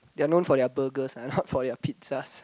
they're known for their burgers ah not their pizzas